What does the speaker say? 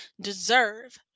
deserve